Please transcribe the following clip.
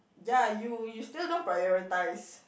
ya you you still don't prioritize